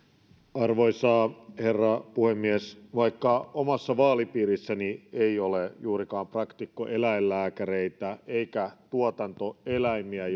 arvoisa herra puhemies vaikka omassa vaalipiirissäni ei ole juurikaan praktikkoeläinlääkäreitä eikä tuotantoeläimiä